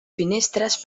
finestres